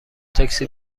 تاکسی